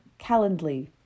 Calendly